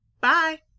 Bye